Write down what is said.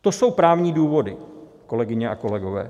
To jsou právní důvody, kolegyně a kolegové.